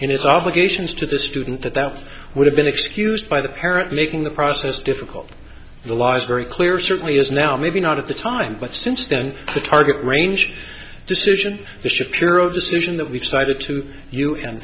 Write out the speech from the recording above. obligations to the student that that would have been excused by the parent making the process difficult the law is very clear certainly as now maybe not at the time but since then the target range decision the shapiro decision that we've cited to you and